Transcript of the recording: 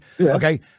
Okay